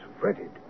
fretted